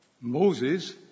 Moses